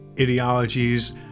ideologies